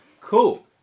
cool